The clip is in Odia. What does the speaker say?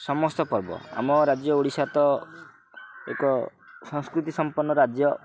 ସମସ୍ତ ପର୍ବ ଆମ ରାଜ୍ୟ ଓଡ଼ିଶା ତ ଏକ ସଂସ୍କୃତି ସମ୍ପନ୍ନ ରାଜ୍ୟ